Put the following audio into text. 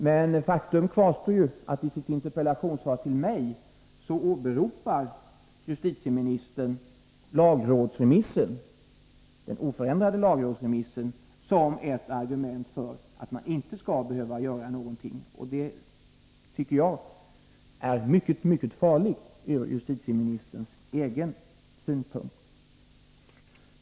Men faktum kvarstår, att justitieministern i sitt interpellationssvar till mig åberopar den oförändrade lagrådsremissen som ett argument för att man inte skall behöva göra någonting. Och det tycker jag är mycket farligt ur justitieministerns egen synpunkt.